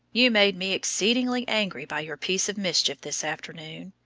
you made me exceedingly angry by your piece of mischief this afternoon.